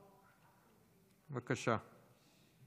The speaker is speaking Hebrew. בבקשה.